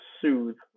soothe